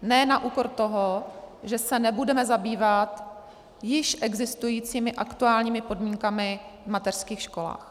Ne na úkor toho, že se nebudeme zabývat již existujícími aktuálními podmínkami v mateřských školách.